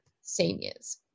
seniors